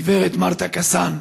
גב' מרתה קזאן.